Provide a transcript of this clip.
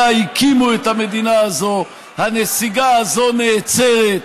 הקימו את המדינה הזאת הנסיגה הזאת נעצרת,